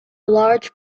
large